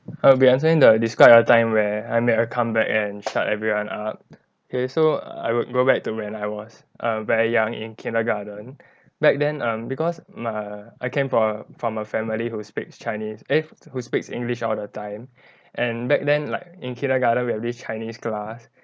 I'll be answering the describe a time where I make a comeback and shut everyone up okay so I will go back to when I was err very young in kindergarten back then um because err I came from a from a family who speaks chinese eh who speaks english all the time and back then like in kindergarten we had this chinese class